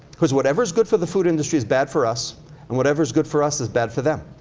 cause whatever is good for the food industry is bad for us and whatever's good for us is bad for them.